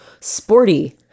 Sporty